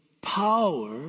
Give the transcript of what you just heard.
power